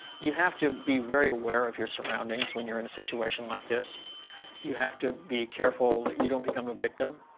you have to be very aware of your surroundings when you're in a situation like this you to be careful that you don't become victim